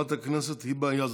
חברת הכנסת היבה יזבק.